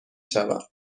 شوم